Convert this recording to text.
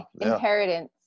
inheritance